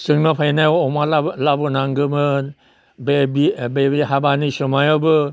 जोंनाव फैनायाव अमा लाबोनांगोमोन बे हाबानि सोमायावबो